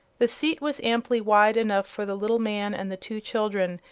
the seat was amply wide enough for the little man and the two children,